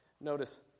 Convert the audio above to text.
Notice